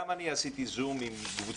גם אני עשיתי זום עם קבוצות,